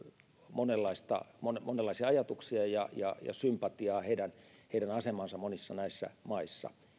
monenlaisia monenlaisia ajatuksia ja ja sympatiaa heidän heidän asemansa monissa näissä maissa